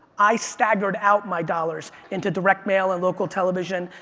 i staggered out my dollars into direct mail, and local television,